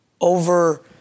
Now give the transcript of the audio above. over